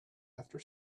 after